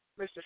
Mr